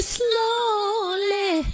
slowly